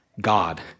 God